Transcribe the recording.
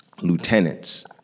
lieutenants